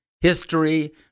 history